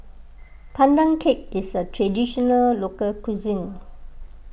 Pandan Cake is a Traditional Local Cuisine